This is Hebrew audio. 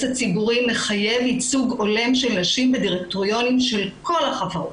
הציבורי מחייב ייצוג הולם של נשים בדירקטוריונים של כל החברות,